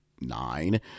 nine